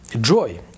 joy